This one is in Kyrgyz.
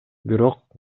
бирок